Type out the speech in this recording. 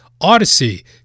Odyssey